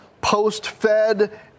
post-Fed